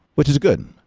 which is good. and